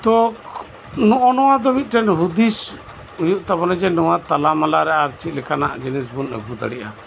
ᱛᱚ ᱱᱚᱜᱱᱚᱭᱟ ᱫᱚ ᱢᱤᱫᱴᱮᱱ ᱦᱩᱫᱤᱥ ᱦᱩᱭᱩᱜ ᱛᱟᱵᱚᱱᱟ ᱱᱚᱣᱟ ᱛᱟᱞᱟ ᱢᱟᱞᱟ ᱨᱮ ᱟᱨ ᱪᱮᱫ ᱞᱮᱠᱟ ᱡᱤᱱᱤᱥ ᱵᱚᱱ ᱟᱹᱜᱩ ᱫᱟᱲᱮᱭᱟᱜᱼᱟ